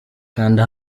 kanda